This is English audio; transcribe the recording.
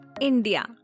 India